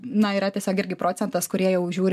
na yra tiesiog irgi procentas kurie jau žiūri